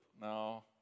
now